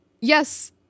yes